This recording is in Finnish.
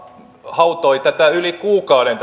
hautoi tätä omaa lakiesitystään yli kuukauden